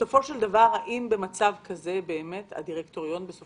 האם במצב כזה הדירקטוריון יכול